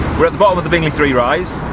we're at the bottom of the bingley three rise,